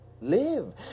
live